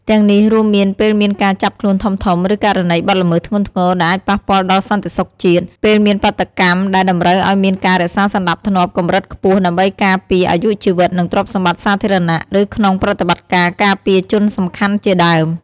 ទាំងនេះរួមមានពេលមានការចាប់ខ្លួនធំៗ ឬករណីបទល្មើសធ្ងន់ធ្ងរដែលអាចប៉ះពាល់ដល់សន្តិសុខជាតិ ពេលមានបាតុកម្មដែលតម្រូវឲ្យមានការរក្សាសណ្ដាប់ធ្នាប់កម្រិតខ្ពស់ដើម្បីការពារអាយុជីវិតនិងទ្រព្យសម្បត្តិសាធារណៈ ឬក្នុងប្រតិបត្តិការការពារជនសំខាន់ជាដើម។